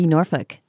Norfolk